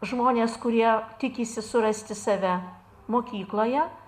žmonės kurie tikisi surasti save mokykloje